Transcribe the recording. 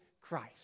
Christ